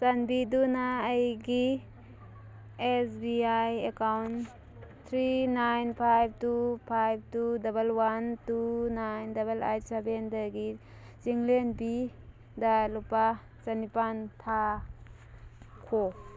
ꯆꯥꯟꯕꯤꯗꯨꯅ ꯑꯩꯒꯤ S B I account three nine five two five two double one two nine double eight ꯁꯚꯦꯟꯒꯗꯤ ꯆꯤꯡꯂꯦꯝꯕꯤ ꯗ ꯂꯨꯄꯥ ꯆꯅꯤꯄꯥꯟ ꯊꯥ ꯈꯣ